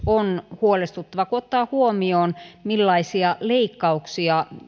on huolestuttava kun ottaa huomioon millaisia leikkauksia